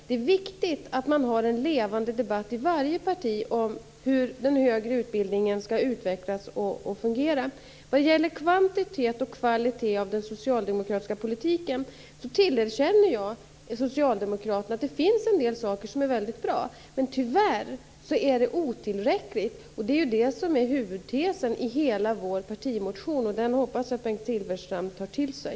Det är viktigt att man har en levande debatt i varje parti om hur den högre utbildningen skall utvecklas och fungera. I fråga om kvantitet och kvalitet i den socialdemokratiska politiken tillerkänner jag Socialdemokraterna att det finns en del saker som är mycket bra. Men tyvärr är det otillräckligt, vilket är huvudtesen i hela vår partimotion. Och den hoppas jag att Bengt Silfverstrand tar till sig.